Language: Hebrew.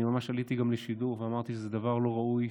אני ממש עליתי גם לשידור ואמרתי שזה דבר לא ראוי,